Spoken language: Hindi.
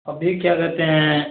अभी क्या कहते हैं